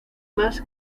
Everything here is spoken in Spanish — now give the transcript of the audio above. más